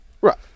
Right